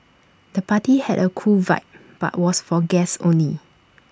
the party had A cool vibe but was for guests only